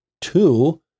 two